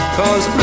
cause